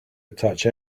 attach